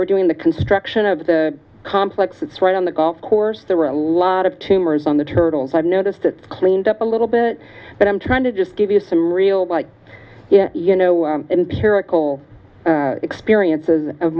were doing the construction of the complex that's right on the golf course there were a lot of tumors on the turtles i've noticed it cleaned up a little bit but i'm trying to just give you some real like you know whole experience of